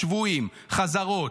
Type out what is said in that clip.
שבויים; חזרות,